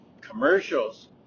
Commercials